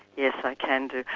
yes, i can do.